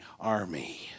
army